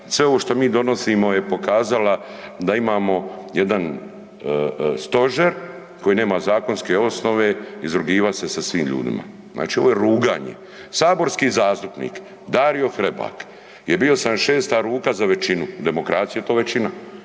sve ovo što mi donosimo je pokazala da imamo jedan stožer koji nema zakonske osnove, izrugivat se sa svim ljudima. Znači, ovo je ruganje. Saborski zastupnik Dario Hrebak je bio 76. ruka za većinu, demokracija to je većina,